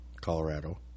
Colorado